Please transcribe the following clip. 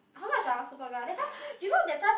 how much ah Superga that time you know that time